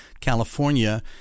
California